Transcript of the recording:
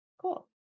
cool